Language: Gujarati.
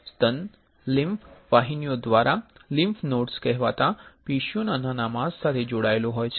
સ્તન લિમ્ફ વાહિનીઓ દ્વારા લિમ્ફ નોડ્સ કહેવાતા પેશીના નાના માસ સાથે જોડાયેલા છે